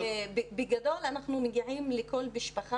בגדול אנחנו מגיעים לכל משפחה,